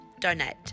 donate